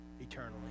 eternally